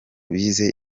bize